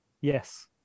Yes